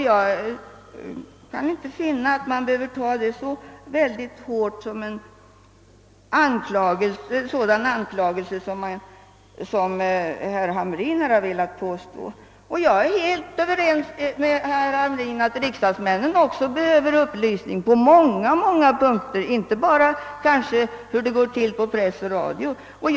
Jag kan inte finna att man behöver ta detta som en sådan anklagelse som herr Hamrin har velat påstå att det är. Jag är helt ense med herr Hamrin om att riksdagsmännen också behöver upplysning på många, många punkter, inte bara om hur det går till på radio och i pressen.